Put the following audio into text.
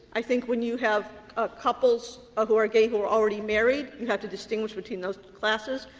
i think when you have ah couples ah who are gay who are already married, you have to distinguish between those classes.